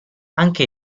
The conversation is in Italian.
anche